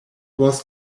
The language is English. was